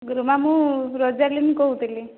ଗୁରୁମା ମୁଁ ରୋଜାଲିନ୍ କହୁଥିଲି